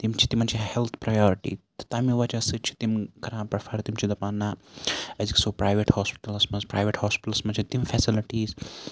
تِم چھِ تِمَن چھِ ہیٚلتھ پریٚیارٹی تہٕ تمہِ وَجہ سۭتۍ چھِ تِم کَران پریٚفَر تِم چھِ دَپان نہَ أسۍ گَژھو پرایویٹ ہوسپِٹَلَس مَنٛز پرایویٹ ہوسپِٹَلَس مَنٛز چھِ تِم فیسَلٹیٖز